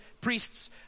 priests